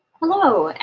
hello.